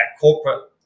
corporate